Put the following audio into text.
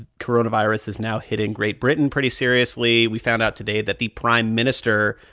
ah coronavirus is now hitting great britain pretty seriously. we found out today that the prime minister,